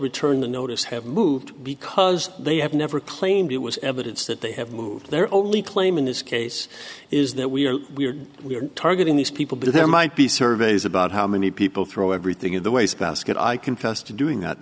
return the notice have moved because they have never claimed it was evidence that they have moved their only claim in this case is that we are we are we are targeting these people because there might be surveys about how many people throw everything in the wastebasket i confess to doing that